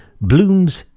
blooms